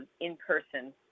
in-person